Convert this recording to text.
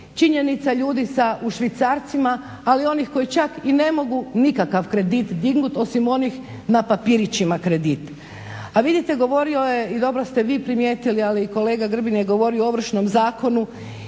činjenica ljudi u švicarcima, ali onih koji čak i ne mogu nikakav kredit dignut osim onih na papirićima kredit. A vidite govorio je i dobro ste vi primijetili, ali i kolega Grbin je govorio o Ovršnom zakonu